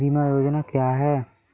बीमा योजना क्या है?